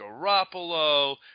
Garoppolo